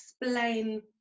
explain